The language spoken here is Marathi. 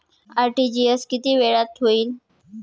आर.टी.जी.एस किती वेळात होईल?